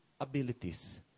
Abilities